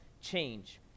change